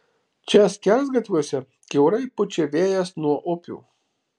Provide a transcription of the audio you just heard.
čia skersgatviuose kiaurai pučia vėjas nuo upių